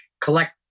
collect